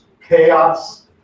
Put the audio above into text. chaos